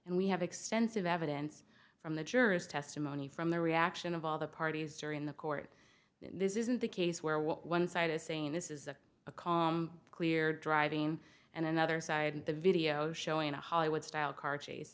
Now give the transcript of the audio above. and we have extensive evidence from the jurors testimony from the reaction of all the parties during the court this isn't the case where what one side is saying this is a call clear driving and another side the video showing a hollywood style car chase